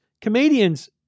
Comedians